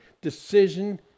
decision